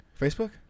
Facebook